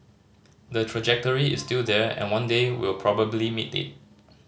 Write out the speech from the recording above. the trajectory is still there and one day we'll probably meet it